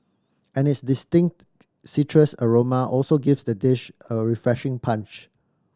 and its distinct citrus aroma also gives the dish a refreshing punch